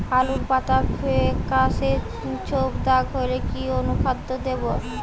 আলুর পাতা ফেকাসে ছোপদাগ হলে কি অনুখাদ্য দেবো?